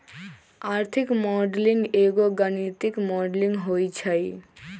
आर्थिक मॉडलिंग एगो गणितीक मॉडलिंग होइ छइ